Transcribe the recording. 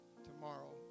tomorrow